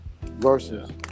versus